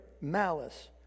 malice